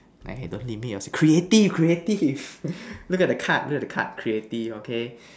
hey don't limit yourself creative creative look at the card look at the card creative okay